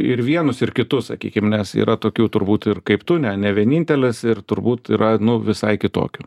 ir vienus ir kitus sakykim nes yra tokių turbūt ir kaip tu ne ne vienintelis ir turbūt yra nuo visai kitokių